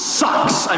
sucks